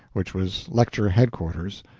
which was lecture headquarters.